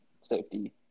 safety